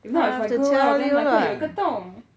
if not if I go out then 旁边有一个洞